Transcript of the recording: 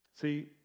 See